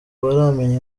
baramenya